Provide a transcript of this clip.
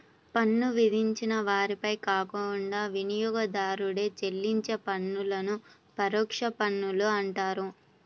పన్ను విధించిన వారిపై కాకుండా వినియోగదారుడే చెల్లించే పన్నులను పరోక్ష పన్నులు అంటారు